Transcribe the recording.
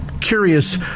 curious